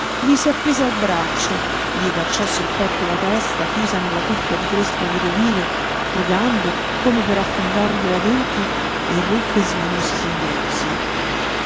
gli si appese al braccio gli cacciò sul petto la testa chiusa nella cuffia di crespo vedovile frugando come per affondargliela dentro e ruppe in smaniosi singhiozzi